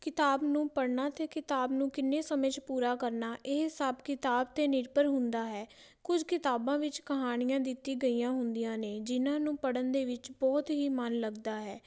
ਕਿਤਾਬ ਨੂੰ ਪੜ੍ਹਨਾ ਅਤੇ ਕਿਤਾਬ ਨੂੰ ਕਿੰਨੇ ਸਮੇਂ 'ਚ ਪੂਰਾ ਕਰਨਾ ਇਹ ਸਭ ਕਿਤਾਬ 'ਤੇ ਨਿਰਭਰ ਹੁੰਦਾ ਹੈ ਕੁਝ ਕਿਤਾਬਾਂ ਵਿੱਚ ਕਹਾਣੀਆਂ ਦਿੱਤੀ ਗਈਆਂ ਹੁੰਦੀਆਂ ਨੇ ਜਿਨ੍ਹਾਂ ਨੂੰ ਪੜ੍ਹਨ ਦੇ ਵਿੱਚ ਬਹੁਤ ਹੀ ਮਨ ਲੱਗਦਾ ਹੈ